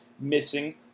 missing